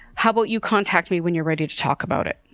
how about you contact me when you're ready to talk about it?